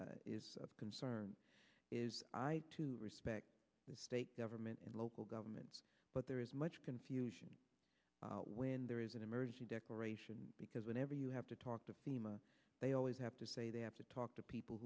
that is of concern is to respect the state government and local governments but there is much confusion when there is an emergency declaration because whenever you have to talk to fema they always have to say they have to talk to people